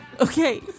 Okay